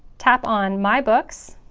tap on my books,